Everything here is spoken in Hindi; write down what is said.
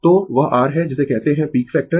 तो वह r है जिसे कहते है पीक फैक्टर